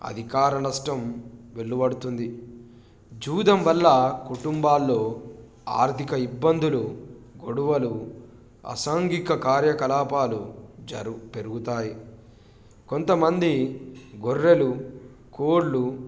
అధికార నష్టం వెల్లువడుతుంది జూదం వల్ల కుటుంబాలలో ఆర్థిక ఇబ్బందులు గొడవలు అసాంఘిక కార్యకలాపాలు జరు పెరుగుతాయి కొంతమంది గొర్రెలు కోళ్లు